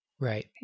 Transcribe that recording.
Right